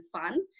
fun